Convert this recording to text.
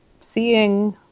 seeing